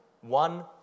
one